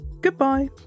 Goodbye